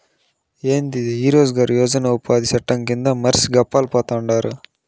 యాందిది ఈ రోజ్ గార్ యోజన ఉపాది చట్టం కింద మర్సి గప్పాలు పోతండారు